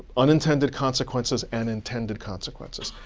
unintended consequences and intended consequences.